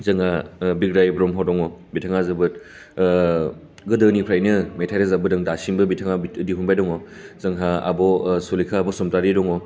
जोंहा बिग्राय ब्रह्म दङ बिथाङा जोबोद गोदोनिफ्रायनो मेथाइ रोजाब बोदों दासिमबो बिथाङा दिहुनबाय दङ जोंहा आब' सुलेखा बसुमतारि दङ